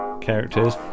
characters